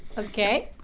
okay?